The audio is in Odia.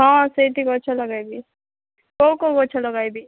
ହଁ ସେଇଠି ଗଛ ଲଗାଇବି କୋଉ କୋଉ ଗଛ ଲଗାଇବି